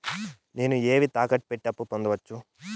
నేను ఏవేవి తాకట్టు పెట్టి అప్పు పొందవచ్చు?